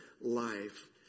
life